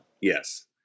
Yes